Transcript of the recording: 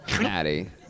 Maddie